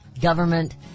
government